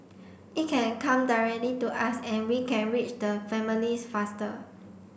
it can come directly to us and we can reach the families faster